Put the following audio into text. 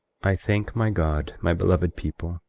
i thank my god, my beloved people,